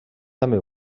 també